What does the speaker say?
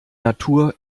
natur